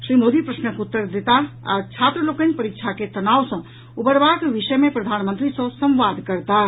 श्री मोदी प्रश्नक उत्तर देताह आ छात्र लोकनि परीक्षा के तनाव सँ उबरबाक विषय मे प्रधानमंत्री सँ संवाद करताह